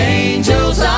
angels